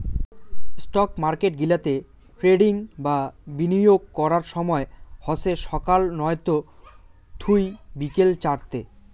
stock market গিলাতে trading বা বিনিয়োগ করার সময় হসে সকাল নয়তা থুই বিকেল চারতে